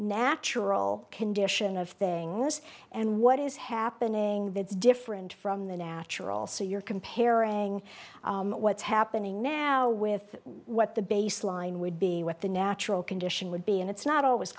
natural condition of things and what is happening that's different from the natural so you're comparing what's happening now with what the baseline would be what the natural condition would be and it's not always